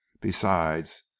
Besides